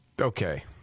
Okay